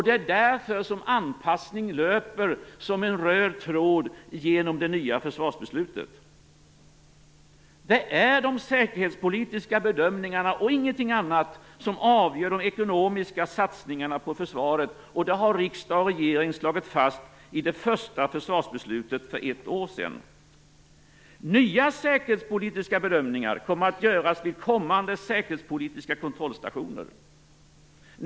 Det är därför som anpassning löper som en röd tråd genom det nya försvarsbeslutet. Det är de säkerhetspolitiska bedömningarna och ingenting annat som avgör de ekonomiska satsningarna på försvaret. Det har riksdag och regering slagit fast i det första försvarsbeslutet för ett år sedan. Nya säkerhetspolitiska bedömningar kommer att göras vid kommande säkerhetspolitiska kontrollstationer.